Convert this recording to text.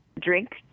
drink